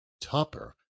topper